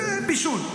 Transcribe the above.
לבישול.